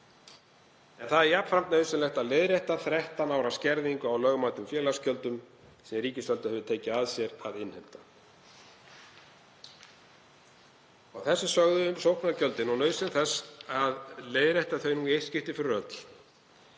En það er jafnframt nauðsynlegt að leiðrétta þrettán ára skerðingu á lögmætum félagsgjöldum sem ríkisvaldið hefur tekið að sér að innheimta. Að þessu sögðu, um sóknargjöldin og nauðsyn þess að leiðrétta þau í eitt skipti fyrir öll,